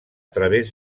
través